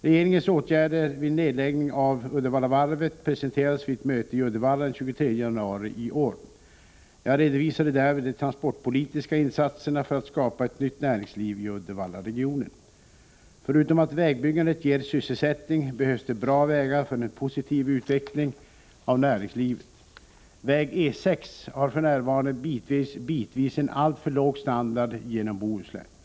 Regeringens åtgärder vid en nedläggning av Uddevallavarvet presenterades vid ett möte i Uddevalla den 23 januari i år. Jag redovisade därvid de transportpolitiska insatserna för att skapa ett nytt näringsliv i Uddevallaregionen. Förutom att vägbyggandet ger sysselsättning, behövs det bra vägar för en positiv utveckling av näringslivet. Väg E 6 har f. n. bitvis en alltför låg standard genom Bohuslän.